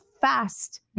fast